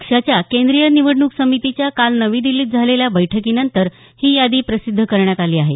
पक्षाच्या केंद्रीय निवडणूक समितीच्या काल नवी दिल्लीत झालेल्या बैठकीनंतर ही यादी प्रसिद्ध करण्यात आली आहे